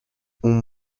اون